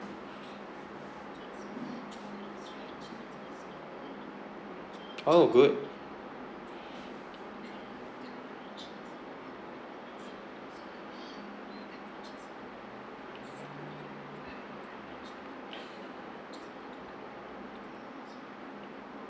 oh good